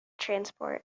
transport